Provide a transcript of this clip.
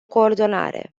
coordonare